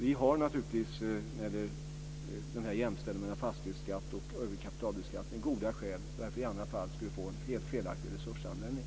Vi har naturligtvis goda skäl när det gäller jämställandet av fastighetsskatt och övrig kapitalbeskattning. I annat fall skulle det bli en helt felaktig resursanvändning.